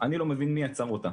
אני לא מבין מי יצר אותה.